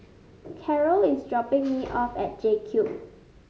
Carrol is dropping me off at JCube